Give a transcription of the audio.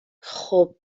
خوب